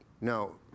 no